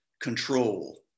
control